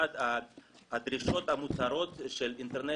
אחת הדרישות המוצהרות של international